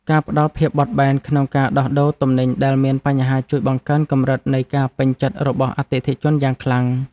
ការផ្តល់ភាពបត់បែនក្នុងការដោះដូរទំនិញដែលមានបញ្ហាជួយបង្កើនកម្រិតនៃការពេញចិត្តរបស់អតិថិជនយ៉ាងខ្លាំង។